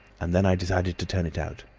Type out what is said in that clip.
and then i decided to turn it out.